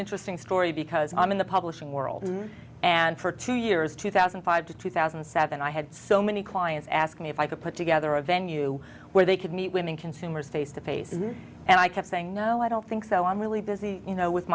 interesting story because i'm in the publishing world and for two years two thousand and five to two thousand and seven i had so many clients ask me if i could put together a venue where they could meet women consumers face to face and i kept saying no i don't think so i'm really busy you know with